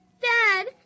Dad